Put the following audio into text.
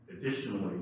additionally